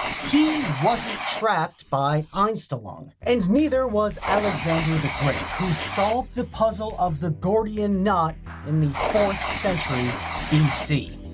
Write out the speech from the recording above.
he wasn't trapped by einstellung. and neither was alexander the great, who solved the puzzle of the gordian knot in the fourth century bc.